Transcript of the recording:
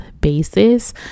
basis